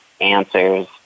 answers